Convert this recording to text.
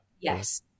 Yes